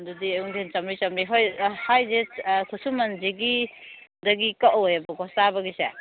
ꯑꯗꯨꯗꯤ ꯑꯌꯨꯛ ꯅꯨꯡꯊꯤꯟ ꯆꯥꯝꯔꯤ ꯆꯥꯝꯔꯤ ꯍꯣꯏ ꯍꯥꯏꯔꯤꯁꯦ ꯈꯨꯁꯨꯃꯟꯁꯤꯒꯤꯗꯒꯤ ꯀꯛꯑꯣꯏꯌꯦꯕꯀꯣ ꯆꯥꯕꯒꯤꯁꯦ